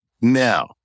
Now